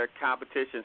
competition